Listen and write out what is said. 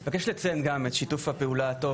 אני גם מבקש לציין את שיתוף הפעולה הטוב